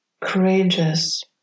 courageous